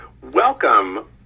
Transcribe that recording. welcome